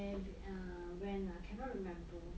err when ah cannot remember